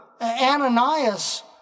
Ananias